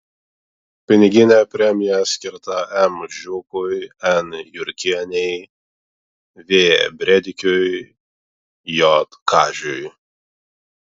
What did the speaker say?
piniginė premija skirta m žiūkui n jurkienei v brėdikiui j kažiui